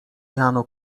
jano